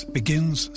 begins